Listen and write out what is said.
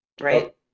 Right